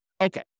Okay